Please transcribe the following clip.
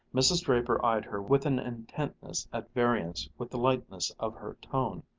mrs. draper eyed her with an intentness at variance with the lightness of her tone,